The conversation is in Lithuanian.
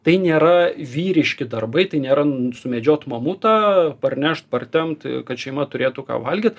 tai nėra vyriški darbai tai nėra sumedžiot mutą parnešt partempti kad šeima turėtų ką valgyt